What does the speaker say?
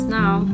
now